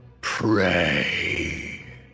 pray